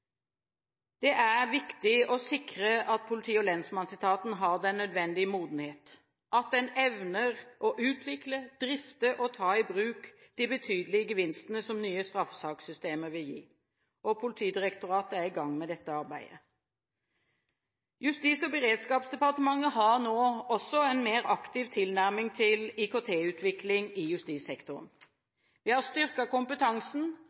Det er viktig å sikre at politi- og lensmannsetaten har den nødvendige modenhet, at den evner å utvikle, drifte og ta i bruk de betydelige gevinstene som nye straffesakssystemer vil gi. Politidirektoratet er i gang med dette arbeidet. Justis- og beredskapsdepartementet har nå en mer aktiv tilnærming til IKT-utviklingen i justissektoren. Vi har styrket kompetansen